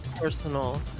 personal